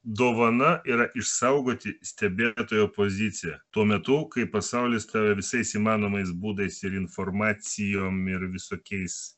dovana yra išsaugoti stebėtojo poziciją tuo metu kai pasaulis tave visais įmanomais būdais ir informacijom ir visokiais